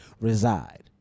reside